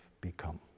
become